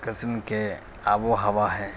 قسم کے آب و ہوا ہے